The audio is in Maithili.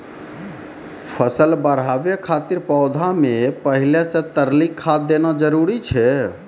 फसल बढ़ाबै खातिर पौधा मे पहिले से तरली खाद देना जरूरी छै?